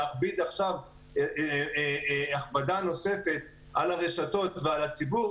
להכביד עכשיו הכבדה נוספת על הרשתות ועל הציבור,